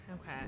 Okay